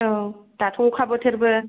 औ दाथ' अखा बोथोरबो